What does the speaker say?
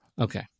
Okay